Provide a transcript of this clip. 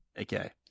Okay